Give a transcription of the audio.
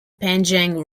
panjang